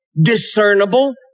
discernible